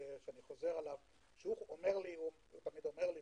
הוא תמיד אומר לי: